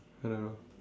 I don't know